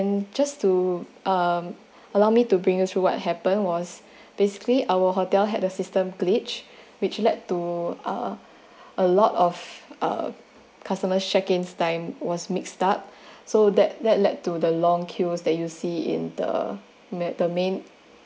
um just to um allow me to bring us for what happened was basically our hotel had a system glitch which led to uh a lot of uh customer's checking time was mixed up so that that led to the long queues that you see in the mai~ the main